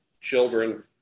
children